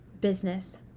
business